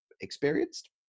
experienced